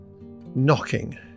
knocking